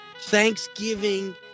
Thanksgiving